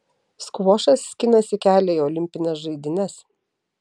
skvošas skinasi kelią į olimpines žaidynes